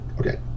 okay